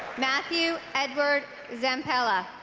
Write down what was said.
matthew edward zampella